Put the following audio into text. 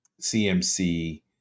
CMC